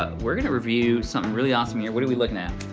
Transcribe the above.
ah we're gonna review something really awesome here. what are we lookin at?